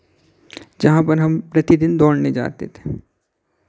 जहाँ पर हम प्रतिदिन दौड़ने जाते थे